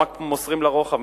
הם רק מוסרים לרוחב,